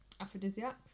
aphrodisiacs